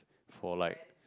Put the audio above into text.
for like